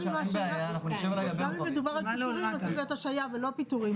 מאיינים את סמכות השר ואנחנו לא מונעים ופותחים מסלול